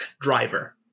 driver